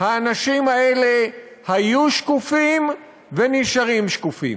האנשים האלה היו שקופים ונשארים שקופים.